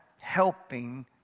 helping